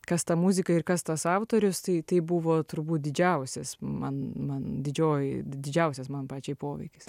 kas ta muzika ir kas tas autorius tai tai buvo turbūt didžiausias man man didžioji didžiausias man pačiai poveikis